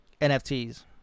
NFTs